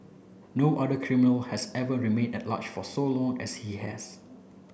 no other criminal has ever remained at large for as long as he has